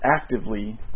actively